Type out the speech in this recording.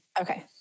Okay